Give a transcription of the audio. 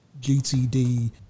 GTD